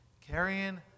Carrying